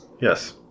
Yes